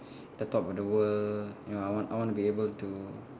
the top of the world you know I want I want to be able to